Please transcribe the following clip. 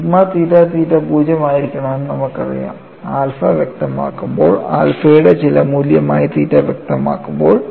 sigma theta theta 0 ആയിരിക്കണമെന്ന് നമുക്കറിയാം alpha വ്യക്തമാക്കുമ്പോൾ ആൽഫയുടെ ചില മൂല്യമായി തീറ്റ വ്യക്തമാക്കുമ്പോൾ